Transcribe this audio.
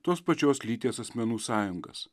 tos pačios lyties asmenų sąjungas